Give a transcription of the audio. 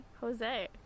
Jose